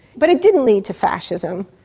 but it didn't lead to fascism.